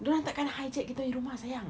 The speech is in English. dorang tak akan hijack kita punya rumah sayang